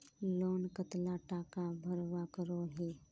Loan कतला टाका भरवा करोही?